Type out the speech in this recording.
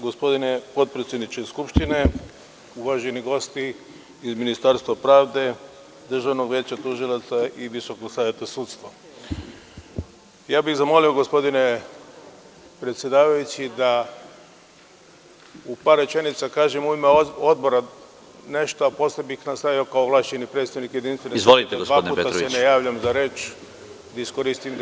Gospodine potpredsedniče Skupštine, uvaženi gosti iz Ministarstva pravde, Državnog veća tužilaca i Visokog saveta sudstva, ja bih zamolio, gospodine predsedavajući, da u par rečenica kažem u ime Odbora nešto, a posle bih nastavio kao ovlašćeni predstavnik Jedinstvene Srbije, da se ne bih dva puta javljao za reč i da bismo skratili vreme.